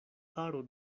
aro